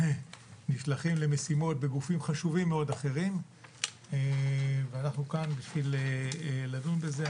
נשלחים למשימות בגופים חשובים מאוד אחרים ואנחנו כאן בשביל לדון בזה.